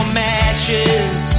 matches